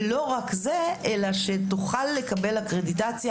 ולא זו בלבד אלא שהיא תוכל לקבל אקרדיטציה